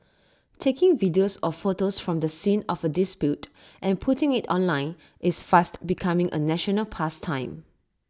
taking videos or photos from the scene of A dispute and putting IT online is fast becoming A national pastime